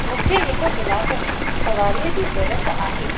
मूंखे हिक कलाक में सवारीअ जी ज़रूरत आहे